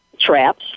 traps